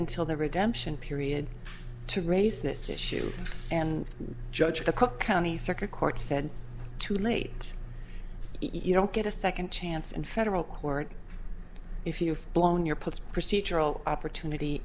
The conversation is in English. until the redemption period to raise this issue and judge the cook county circuit court said too late eat you don't get a second chance in federal court if you phone your puts procedural opportunity